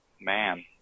man